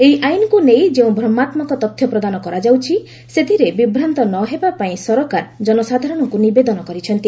ଏହି ଆଇନକୁ ନେଇ ଯେଉଁ ଭ୍ରମାତ୍ମକ ତଥ୍ୟ ପ୍ରଦାନ କରାଯାଉଛି ସେଥିରେ ବିଭ୍ରାନ୍ତ ନ ହେବାପାଇଁ ସରକାର ଜନସାଧାରଣଙ୍କୁ ନିବେଦନ କରିଛନ୍ତି